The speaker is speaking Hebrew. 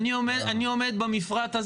שחייב להיות נציג של מרכז השלטון המקומי.